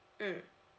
mmhmm